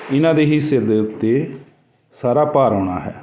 ਇਹਨਾਂ ਦੇ ਹੀ ਸਿਰ ਦੇ ਉੱਤੇ ਸਾਰਾ ਭਾਰ ਆਉਣਾ ਹੈ